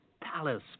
palace